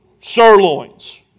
sirloins